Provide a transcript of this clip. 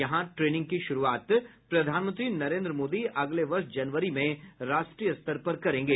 यहां ट्रेनिंग की शुरूआत प्रधानमंत्री नरेन्द्र मोदी अगले वर्ष जनवरी में राष्ट्रीय स्तर पर करेंगे